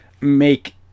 make